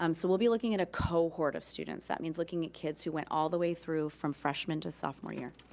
um so we'll be looking at a cohort of students. that means looking at kids who went all the way through from freshman to sophomore year.